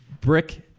brick